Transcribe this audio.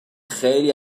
خیلی